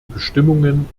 bestimmungen